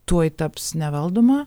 tuoj taps nevaldoma